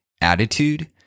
Attitude